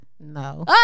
No